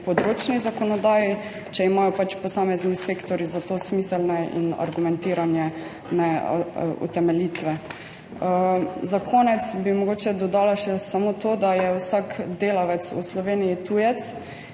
področni zakonodaji, če imajo pač posamezni sektorji za to smiselne in argumentirane utemeljitve. Za konec bi mogoče dodala še samo to, da je vsak delavec v Sloveniji tujec